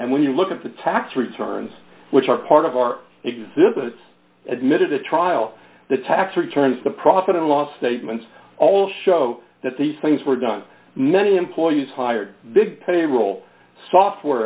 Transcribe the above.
and when you look at the tax returns which are part of our existence admitted the trial the tax returns the profit and loss statements all show that these things were done many employees hired big payroll software